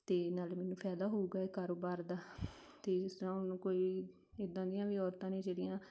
ਅਤੇ ਨਾਲ਼ੇ ਮੈਨੂੰ ਫਾਇਦਾ ਹੋਵੇਗਾ ਇਹ ਕਾਰੋਬਾਰ ਦਾ ਅਤੇ ਜਿਸ ਤਰ੍ਹਾਂ ਹੁਣ ਕੋਈ ਇੱਦਾਂ ਦੀਆਂ ਵੀ ਔਰਤਾਂ ਨੇ ਜਿਹੜੀਆਂ